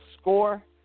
score